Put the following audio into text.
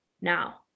now